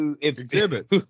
Exhibit